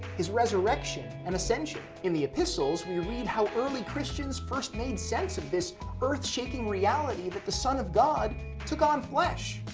his resurrection and ascension. in the epistles, we read how early christians first made sense of this earth-shaking reality that the son of god took on flesh,